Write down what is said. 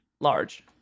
large